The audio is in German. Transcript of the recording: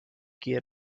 gehe